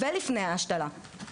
ולפני ההשתלה.